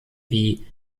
wie